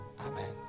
Amen